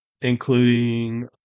including